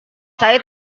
saya